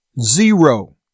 Zero